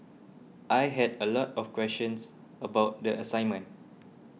I had a lot of questions about the assignment